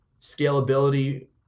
scalability